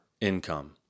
income